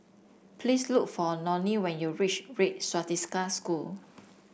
please look for Loni when you reach Red Swastika School